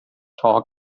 talk